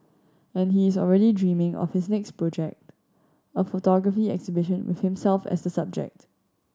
and he is already dreaming of his next project a photography exhibition with himself as subject